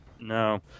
No